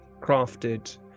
crafted